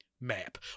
map